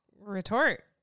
retort